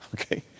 Okay